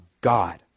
God